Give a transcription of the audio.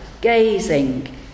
gazing